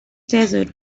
desert